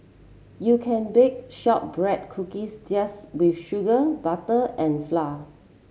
you can bake shortbread cookies just with sugar butter and flour